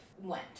went